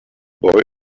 boy